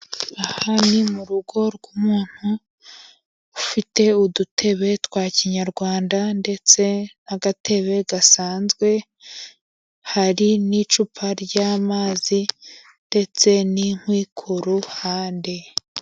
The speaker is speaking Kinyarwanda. Aha ni mu rugo rw'umuntu ufite udutebe twa kinyarwanda ndetse n'agatebe gasanzwe, hari n'icupa ry'amazi ndetse n'inkwi ku ruhande.